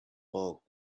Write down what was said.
bulk